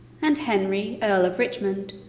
and henry, earl of richmond,